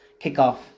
Kickoff